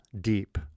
deep